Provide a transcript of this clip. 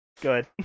Good